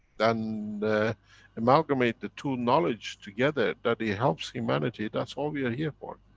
then amalgamate the two knowledge together that it helps humanity, that's all we are here for.